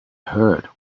heard